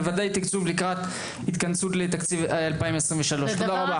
בוודאי תקצוב לקראת התכנסות לתקציב 2023. תודה רבה.